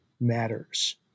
matters